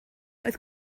oedd